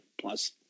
Plus